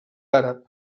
àrab